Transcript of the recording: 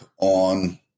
on